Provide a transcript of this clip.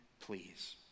please